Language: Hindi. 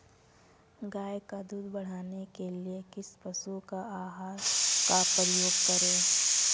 गाय का दूध बढ़ाने के लिए किस पशु आहार का उपयोग करें?